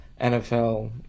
NFL